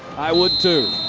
i would, too.